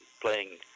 playing